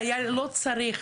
חייל לא צריך,